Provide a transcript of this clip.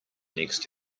next